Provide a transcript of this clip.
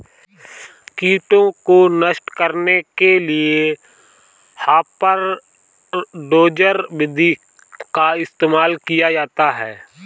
कीटों को नष्ट करने के लिए हापर डोजर विधि का इस्तेमाल किया जाता है